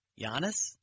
Giannis